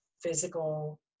physical